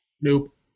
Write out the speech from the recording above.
Nope